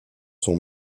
sont